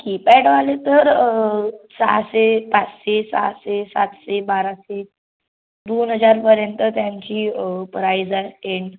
कीपॅडवाले तर सहाशे पाचशे सहाशे सातशे बाराशे दोन हजारपर्यंत त्यांची प्राईज आहे एंड